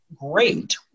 great